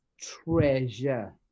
treasure